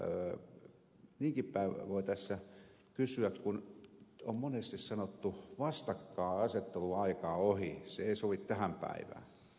niinkin päin voi tässä kysyä kun on monesti sanottu vastakkainasettelun aika on ohi se ei sovi tähän päivään